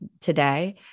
today